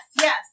yes